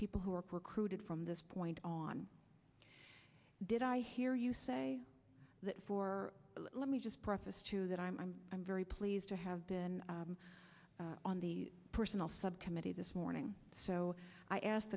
people who are recruited from this point on did i hear you say that for let me just preface to that i'm i'm very pleased to have been on the personal subcommittee this morning so i asked